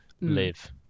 live